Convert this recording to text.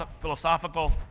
philosophical